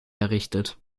errichtet